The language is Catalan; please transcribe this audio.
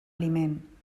aliment